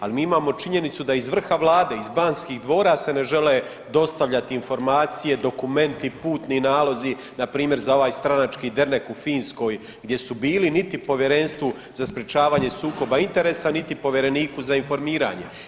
Ali mi imamo činjenicu da iz vrha Vlade, iz Banskih dvora se ne žele dostavljati informacije, dokumenti, puni nalozi npr. za ovaj stranački dernek u Finskoj gdje su bili niti Povjerenstvu za sprječavanje sukoba interesa, niti povjereniku za informiranje.